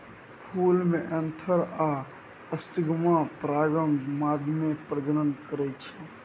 फुल मे एन्थर आ स्टिगमा परागण माध्यमे प्रजनन करय छै